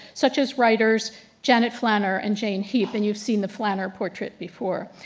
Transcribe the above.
such as writers janet flanner and jane heap. and you've seen the flanner portrait before.